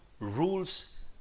rules